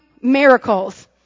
miracles